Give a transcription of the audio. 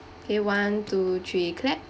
okay one two three clap